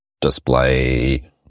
display